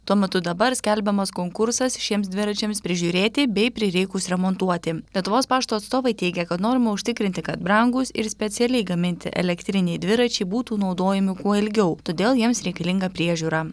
tuo metu dabar skelbiamas konkursas šiems dviračiams prižiūrėti bei prireikus remontuoti lietuvos pašto atstovai teigia kad norima užtikrinti kad brangūs ir specialiai gaminti elektriniai dviračiai būtų naudojami kuo ilgiau todėl jiems reikalinga priežiūra